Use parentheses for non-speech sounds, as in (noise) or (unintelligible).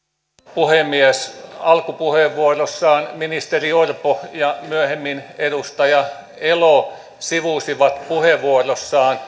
puhemies alkupuheenvuorossaan ministeri orpo ja myöhemmin edustaja elo sivusivat puheenvuoroissaan (unintelligible)